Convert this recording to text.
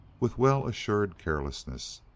with well-assured carelessness.